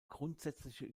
grundsätzliche